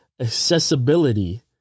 accessibility